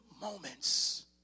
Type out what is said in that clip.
moments